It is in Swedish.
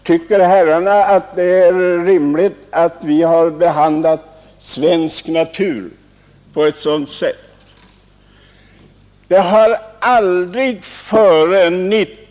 Tycker herrarna att det är rimligt att vi har behandlat svensk natur på ett sådant sätt?